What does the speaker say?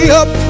up